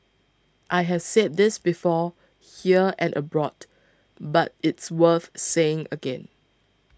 I have said this before here and abroad but it's worth saying again